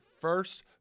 first